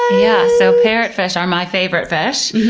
yeah so parrotfish are my favorite fish.